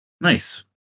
Nice